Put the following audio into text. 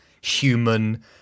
human